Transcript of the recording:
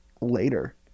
later